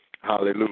Hallelujah